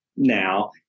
now